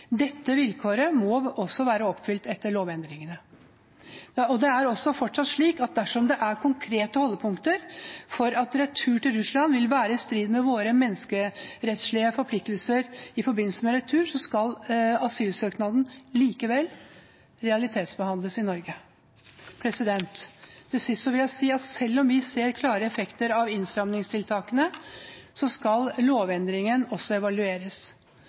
Dette vilkåret må også være oppfylt etter lovendringene. Det er også fortsatt slik at dersom det er konkrete holdepunkter for at retur til Russland vil være i strid med våre menneskerettslige forpliktelser i forbindelse med retur, så skal asylsøknaden likevel realitetsbehandles i Norge. Til sist vil jeg si at selv om vi ser klare effekter av innstramningstiltakene, så skal lovendringene evalueres.